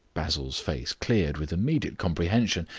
basil's face cleared with immediate comprehension,